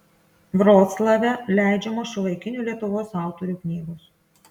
vroclave leidžiamos šiuolaikinių lietuvos autorių knygos